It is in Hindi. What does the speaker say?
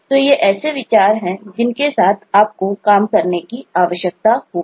तो ये ऐसे विचार हैं जिनके साथ आपको काम करने की आवश्यकता होगी